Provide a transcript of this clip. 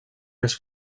més